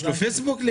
יש לגפני פייסבוק?